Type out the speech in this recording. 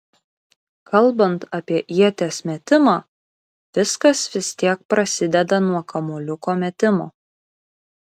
kalbant apie ieties metimą viskas vis tiek prasideda nuo kamuoliuko metimo